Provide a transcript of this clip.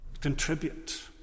Contribute